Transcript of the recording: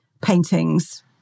paintings